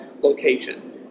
location